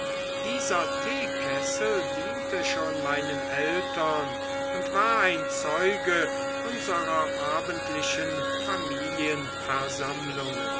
dieser teekessel diente schon meinen eltern und war ein zeuge unserer abendlichen